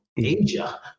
Asia